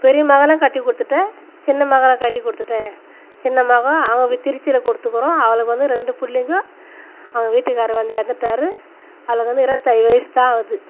பெரிய மகளே கட்டி கொடுத்துட்டேன் சின்ன மகளை கட்டி கொடுத்துட்டேன் சின்ன மகள் அவள் திருச்சியில் கொடுத்துக்குறோம் அவளுக்கு வந்து ரெண்டு பிள்ளைங்கோ அவள் வீட்டுக்காரர் வந்து இறந்துட்டாரு அவளுக்கு வந்து இருபத்தேழு வயது தான் ஆகுது